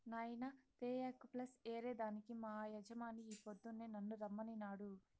నాయినా తేయాకు ప్లస్ ఏరే దానికి మా యజమాని ఈ పొద్దు నన్ను రమ్మనినాడు